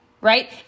right